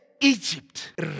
Egypt